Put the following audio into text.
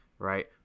Right